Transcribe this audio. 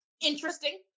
interesting